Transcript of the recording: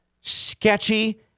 sketchy